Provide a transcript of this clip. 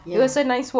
ya